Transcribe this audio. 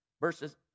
versus